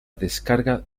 descarga